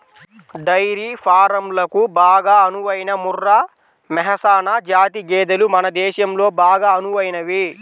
dairy ఫారంలకు బాగా అనువైన ముర్రా, మెహసనా జాతి గేదెలు మన దేశంలో బాగా అనువైనవి